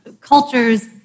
cultures